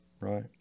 Right